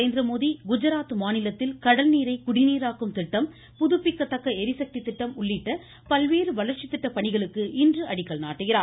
நரேந்திரமோடி குஜராத் மாநிலத்தில் கடல்நீரை குடிநீராக்கும் திட்டம் புதுப்பிக்கத்தக்க ளிசக்தி திட்டம் உள்ளிட்ட பல்வேறு வளர்ச்சி திட்ட பணிகளுக்கு இன்று அடிக்கல் நாட்டுகிறார்